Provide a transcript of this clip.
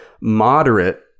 moderate